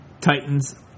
Titans